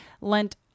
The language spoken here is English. lent